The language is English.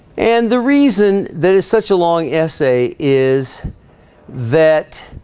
and the reason that is such a long essay is that